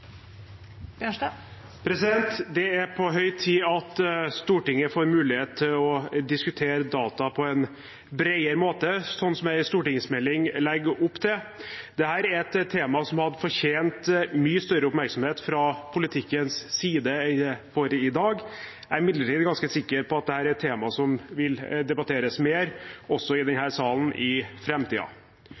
på høy tid at Stortinget får mulighet til å diskutere data på en bredere måte, slik en stortingsmelding legger opp til. Dette er et tema som hadde fortjent mye større oppmerksomhet fra politikkens side enn det får i dag. Jeg er imidlertid ganske sikker på at dette er et tema som vil debatteres mer, også i denne salen, i